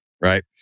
Right